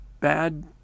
bad